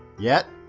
yet,